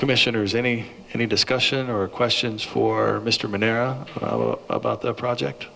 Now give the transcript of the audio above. commissioners any any discussion or questions for mr minera about the project